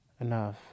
enough